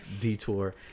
detour